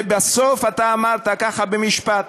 ובסוף, אתה אמרת, ככה במשפט: